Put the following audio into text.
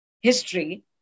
history